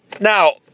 Now